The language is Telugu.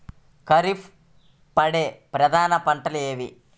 ఖరీఫ్లో పండే ప్రధాన పంటలు ఏవి?